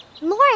Lauren